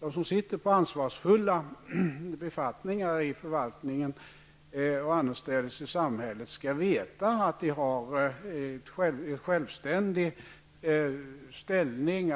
De som sitter på ansvarsfulla befattningar i förvaltningen och annorstädes i samhället skall veta att de har en självständig ställning.